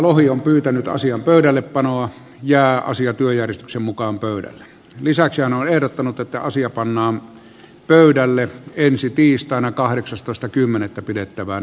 keskustelussa on pyytänyt asian pöydällepanoa jää asia työjärjestyksen mukaan pöydälle lisäksi markus lohi ehdottanut että asia pannaan pöydälle ensi tiistaina kahdeksastoista kymmenettä pidettävän